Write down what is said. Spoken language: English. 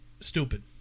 stupid